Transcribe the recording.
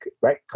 right